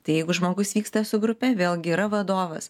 tai jeigu žmogus vyksta su grupe vėlgi yra vadovas